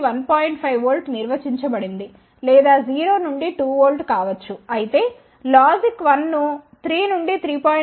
5 V కి నిర్వచించబడింది లేదా 0 నుండి 2 V కావచ్చు అయితే లాజిక్ 1 ను 3 నుండి 3